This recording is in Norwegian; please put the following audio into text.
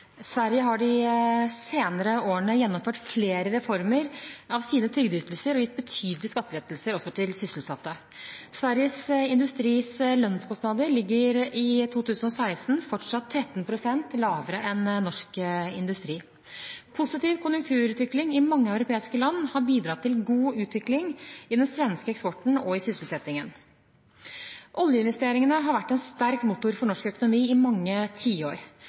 Sverige har de senere årene gjennomført flere reformer av sine trygdeytelser og gitt betydelige skattelettelser, også til sysselsatte. Sveriges industris lønnskostnader ligger i 2016 fortsatt 13 pst. lavere enn i norsk industri. Positiv konjunkturutvikling i mange europeiske land har bidratt til god utvikling i den svenske eksporten og i sysselsettingen. Oljeinvesteringene har vært en sterk motor for norsk økonomi i mange tiår.